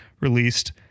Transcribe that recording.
released